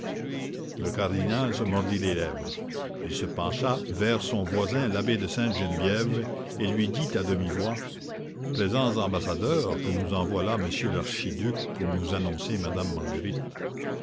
le cardinal se mordit les lèvres il se pencha vers son voisin l'abbé de sainte-geneviève et lui dit à demi-voix plaisants ambassadeurs que nous envoie là monsieur l'archiduc pour nous annoncer madame marguerite